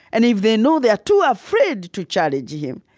and if they know they are too ah afraid to challenge him.